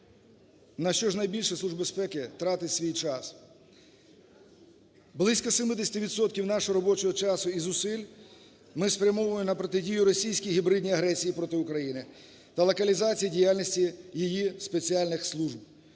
на що найбільше Служба безпеки тратить свій час. Близько 70 відсотків нашого робочого часу і зусиль ми спрямовуємо на протидію російській гібридній агресії проти України та локалізації діяльності її спеціальних служб.